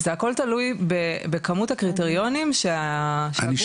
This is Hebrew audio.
זה הכל תלוי בכמות הקריטריונים שהגוף